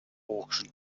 auction